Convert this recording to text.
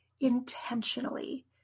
intentionally